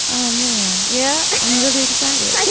oh man yeah i'm really excited. i